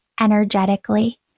energetically